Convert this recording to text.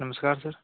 नमस्कार सर